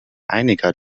einiger